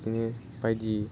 बिदिनो बायदि